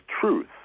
truth